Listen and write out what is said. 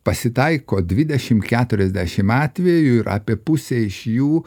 pasitaiko dvidešimt keturiasdešimt atvejų ir apie pusė iš jų